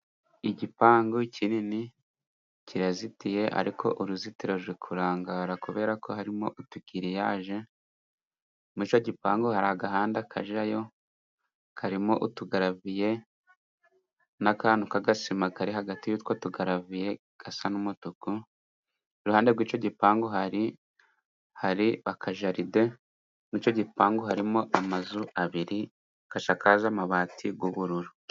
Igipangu kinini kirazitiye ariko uruzitiro ruri kurangara kuberako harimo utugiriyaje, muri icyo gipangu hari agahanda kajyayo karimo utugaraviye n'akantu k'agasima kari hagati y'utwo tugaraviye gasa n'umutuku, iruhande rw'icyo gipangu hari hari akajaride, muri icyo gipangu harimo amazu abiri ashakaje amabati y'ubururu.